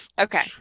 okay